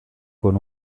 con